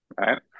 right